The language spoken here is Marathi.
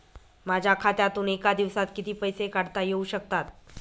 माझ्या खात्यातून एका दिवसात किती पैसे काढता येऊ शकतात?